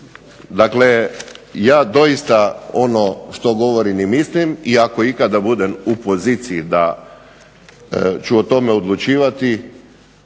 Dakle, ja doista ono što govorim i mislim i ako ikada budem u poziciji da ću o tome odlučivati